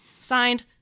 Signed